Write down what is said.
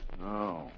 No